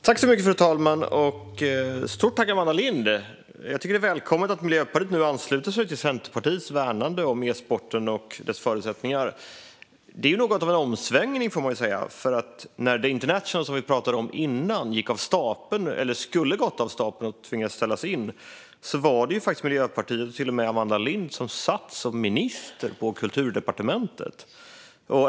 Fru talman! Jag vill rikta ett stort tack till Amanda Lind. Jag tycker att det är välkommet att Miljöpartiet nu ansluter sig till Centerpartiets värnande om e-sporten och dess förutsättningar. Det är ju något av en omsvängning, får man säga. När The International, som vi pratade om innan, gick av stapeln - eller skulle gått av stapeln men tvingades ställa in - var det faktiskt Miljöpartiet och till och med Amanda Lind som satt som minister på Kulturdepartementet.